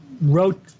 wrote